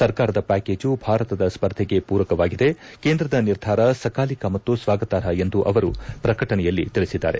ಸರ್ಕಾರದ ಪ್ಯಾಕೇಜು ಭಾರತದ ಸ್ಪರ್ಧೆಗೆ ಪೂರಕವಾಗಿದೆ ಕೇಂದ್ರದ ನಿರ್ಧಾರ ಸಕಾಲಿಕ ಮತ್ತು ಸ್ವಾಗತಾರ್ಹ ಎಂದು ಅವರು ಪ್ರಕಟಣೆಯಲ್ಲಿ ತಿಳಿಸಿದ್ದಾರೆ